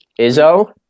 Izzo